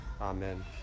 Amen